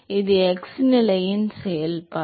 இது x நிலையின் செயல்பாடு